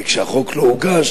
וכשהחוק לא הוגש,